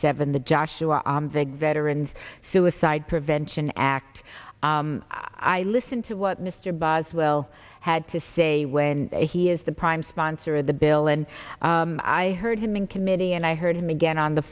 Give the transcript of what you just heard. seven the joshua on the veterans suicide prevention act i listen to what mr boswell had to say when he is the i'm sponsor of the bill and i heard him in committee and i heard him again on the